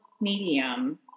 Medium